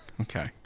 Okay